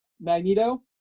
Magneto